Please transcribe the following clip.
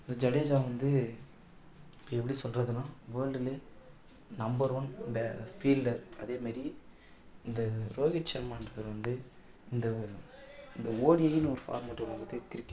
இப்போ ஜடேஜா வந்து இப்போ எப்படி சொல்லுறதுனா வேர்ல்டுல நம்பர் ஒன் பே ஃபீல்ட்டர் அதே மாதிரி இந்த ரோகித் சர்மான்றவர் வந்து இந்த இந்த ஓடின்னு ஒரு ஃபார்மட் வந்து இருக்கு கிரிக்கெட்டில்